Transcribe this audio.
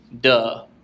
Duh